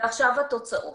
ועכשיו התוצאות.